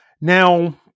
Now